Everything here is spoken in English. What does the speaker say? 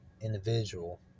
individual